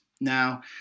Now